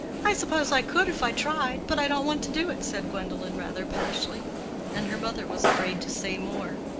i suppose i could if i tried, but i don't want to do it, said gwendolen, rather pettishly and her mother was afraid to say more.